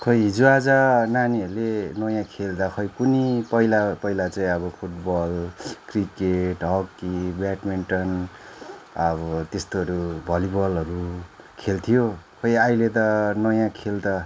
खै हिजोआज नानीहरूले नयाँ खेल त खै कुन्नि पहिला पहिला चाहिँ अब फुटबल क्रिकेट हकी ब्याडमिन्टन अब त्यस्तोहरू भलिबलहरू खेल्थ्यो खै अहिले त नयाँ खेल त